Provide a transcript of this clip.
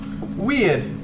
Weird